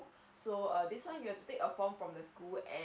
so err this one you have to take a form from the school and